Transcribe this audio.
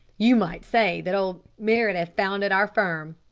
you might say that old meredith founded our firm.